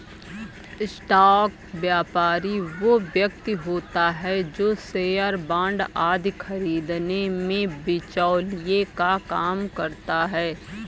stock व्यापारी वो व्यक्ति होता है जो शेयर बांड आदि खरीदने में बिचौलिए का काम करता है